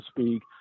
speak